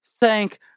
thank